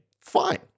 Fine